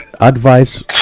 advice